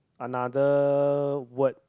another word